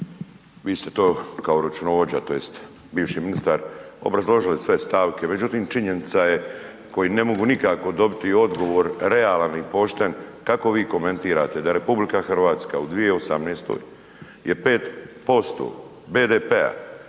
vi ste to kao računovođa tj. bivši ministar obrazložili sve stavke, međutim činjenica je koji ne mogu nikako dobiti odgovor realan i pošten, kako vi komentirate da je RH u 2018. je 5% BDP-a